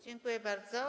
Dziękuję bardzo.